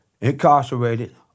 incarcerated